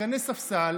שחקני ספסל,